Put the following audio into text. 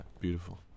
beautiful